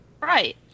right